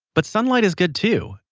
but sunlight is good too,